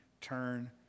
turn